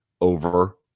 over